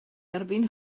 erbyn